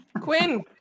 Quinn